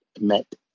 met